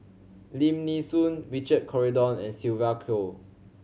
Lim Nee Soon Richard Corridon and Sylvia Kho